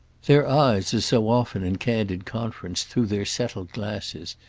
their eyes, as so often, in candid conference, through their settled glasses,